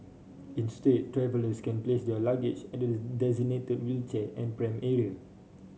instead travellers can place their luggage at the designated wheelchair and pram area